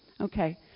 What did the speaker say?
Okay